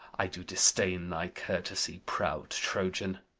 i do disdain thy courtesy, proud troyan.